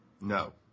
No